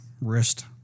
wrist